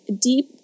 deep